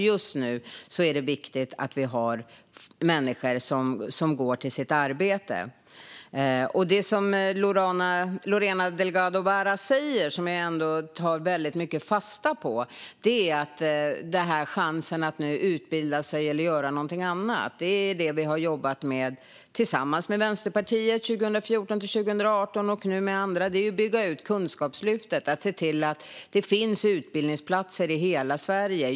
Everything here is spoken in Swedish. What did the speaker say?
Just nu är det viktigt att människor har ett arbete att gå till. Jag tar fasta på det Lorena Delgado Varas säger om chansen att utbilda sig eller göra något annat. Det vi gjorde tillsammans med Vänsterpartiet 2014-2018 och nu gör med andra är att bygga ut Kunskapslyftet och se till att det finns utbildningsplatser i hela Sverige.